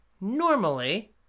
normally